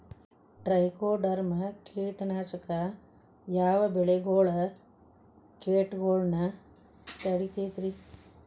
Trichoderma ಕೇಟನಾಶಕ ಯಾವ ಬೆಳಿಗೊಳ ಕೇಟಗೊಳ್ನ ತಡಿತೇತಿರಿ?